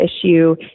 issue